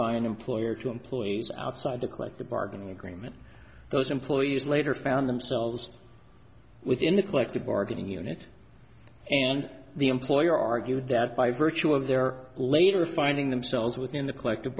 by an employer to employees outside the collective bargaining agreement those employees later found themselves within the collective bargaining unit and the employer argued that by virtue of their labor finding themselves within the collective